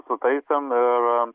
sutaisėm ir